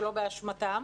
שלא באשמתם,